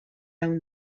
own